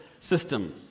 system